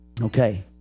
Okay